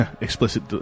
Explicit